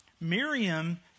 Miriam